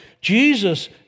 Jesus